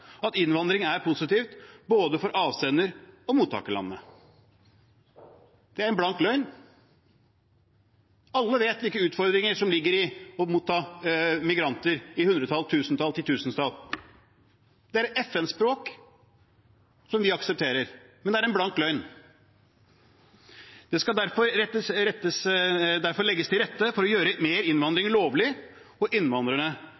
at innvandring er positivt for både avsender og mottakerland. Det er en blank løgn. Alle vet hvilke utfordringer som ligger i å motta migranter i hundretall, tusentall og titusentall. Det er et FN-språk som vi aksepterer, men det er en blank løgn. Det skal derfor legges til rette for å gjøre mer innvandring lovlig og for å gi innvandrerne